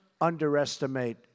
underestimate